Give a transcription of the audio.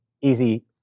Easy